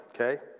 okay